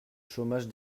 chômage